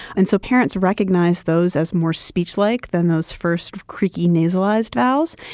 and so parents recognize those as more speech-like than those first, creaky nasalized vowels.